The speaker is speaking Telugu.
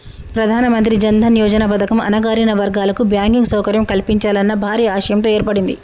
ప్రధానమంత్రి జన్ దన్ యోజన పథకం అణగారిన వర్గాల కు బ్యాంకింగ్ సౌకర్యం కల్పించాలన్న భారీ ఆశయంతో ఏర్పడింది